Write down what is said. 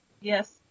Yes